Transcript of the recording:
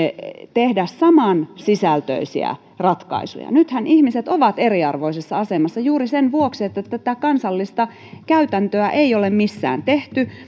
tehdä samansisältöisiä ratkaisuja nythän ihmiset ovat eriarvoisessa asemassa juuri sen vuoksi että tätä kansallista käytäntöä ei ole missään tehty